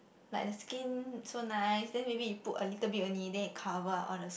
like the skin so nice then maybe you put a little bit only then it cover up all the